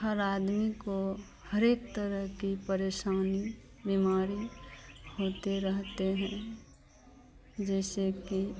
हर आदमी को हर एक तरह की परेशानी बीमारी होती रहती है जैसे कि